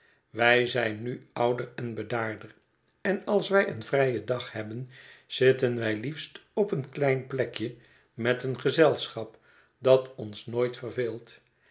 wij zijn nu ouder en bedaarder en als wij een vrijen dag hebben zitten wij liefst op een klein plekje met een gezelschap dat ons nooit verveelt